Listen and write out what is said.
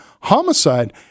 homicide